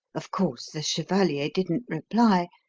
of course, the chevalier didn't reply.